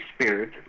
Spirit